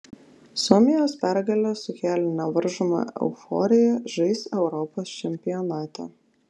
suomijos pergalė sukėlė nevaržomą euforiją žais europos čempionate